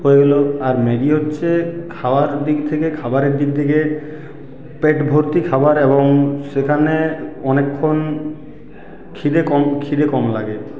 হয়ে গেলো আর ম্যাগি হচ্ছে খাওয়ার দিক থেকে খাবারের দিক থেকে পেট ভর্তি খাবার এবং সেখানে অনেকক্ষণ খিদে কম খিদে কম লাগে